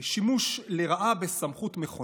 הענישה שם תגדל